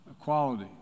equality